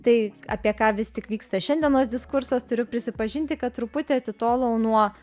tai apie ką vis tik vyksta šiandienos diskursas turiu prisipažinti kad truputį atitolo nuo